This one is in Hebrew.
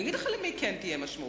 אני אגיד לך למי כן תהיה משמעות,